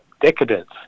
Decadence